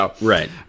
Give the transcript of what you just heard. Right